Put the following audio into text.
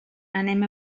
anem